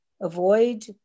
avoid